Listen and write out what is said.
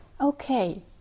Okay